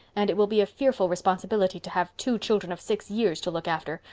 and it will be a fearful responsibility to have two children of six years to look after.